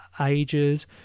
ages